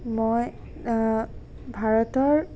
মই ভাৰতৰ